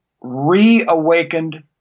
reawakened